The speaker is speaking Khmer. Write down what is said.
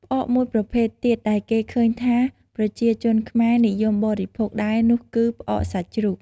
ផ្អកមួយប្រភេទទៀតដែលគេឃើញថា ប្រជាជនខ្មែរនិយមបរិភោគដែរនោះគឺ ផ្អកសាច់ជ្រូក។